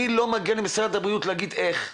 אני לא מגיע למשרד הבריאות להגיד איך,